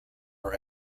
are